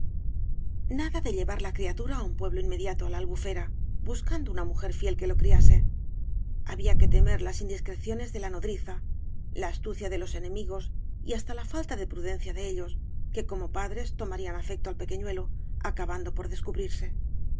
nada de llevar la criatura á un pueblo inmediato á la albufera buscando una mujer flel que lo criase había que temer las indiscreciones de la nodriza ia astucia de los enemigos y hasta la falta de prudencia de ellos que como padres tomarían afecto al pequeñuelo acabando por descubrirse